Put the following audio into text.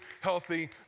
healthy